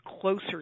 closer